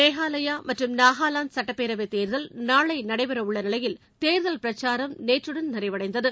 மேகாலயா மற்றும் நாகலாந்து சட்டப் பேரவைத் தேர்தல் நாளை நடைபெற உள்ள நிலையில் தேர்தல் பிரச்சாரம் நேற்றுடன் நிறைவடைந்தது